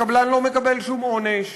הקבלן לא מקבל שום עונש.